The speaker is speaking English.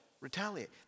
retaliate